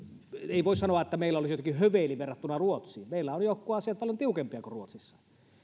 ei voi sanoa että meillä olisi jotenkin höveliä verrattuna ruotsiin meillä ovat jotkut asiat paljon tiukempia kuin ruotsissa